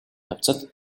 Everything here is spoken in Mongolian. явцад